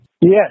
Yes